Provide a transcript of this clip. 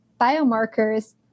biomarkers